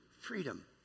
freedom